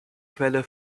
quelle